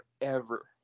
forever